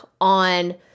on